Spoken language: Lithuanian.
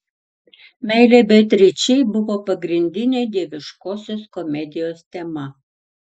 meilė beatričei buvo pagrindinė dieviškosios komedijos tema